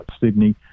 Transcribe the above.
Sydney